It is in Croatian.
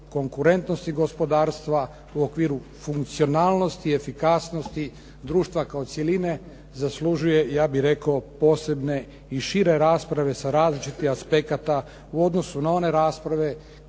konkurentnosti gospodarstva, u okviru funkcionalnosti i efikasnosti društva kao cjeline zaslužuje, ja bih rekao, posebne i šire rasprave sa različitih aspekata u odnosu na one rasprave